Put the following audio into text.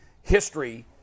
history